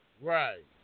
Right